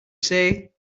say